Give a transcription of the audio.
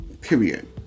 period